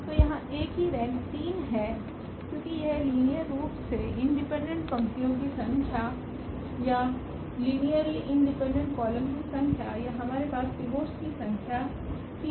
तो यहाँ𝐴की रेंक 3 है क्योंकि यह लिनियर रूप से इंडिपेंडेंट पंक्तियों की संख्या या लिनियरली इंडिपेंडेंट कॉलम की संख्या या हमारे पास पिवोट्सकी संख्या 3 है